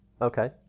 okay